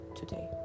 today